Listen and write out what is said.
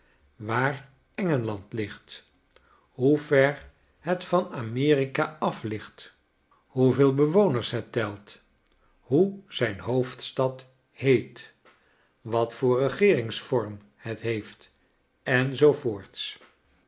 waar engeland ligt hoe ver het van amerika af ligt hoeveel inwoners het telt hoe zijn hoofdstadheet wat voor regeeringsvorm het heeft